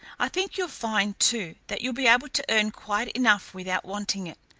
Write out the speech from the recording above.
i think you'll find, too, that you'll be able to earn quite enough without wanting it.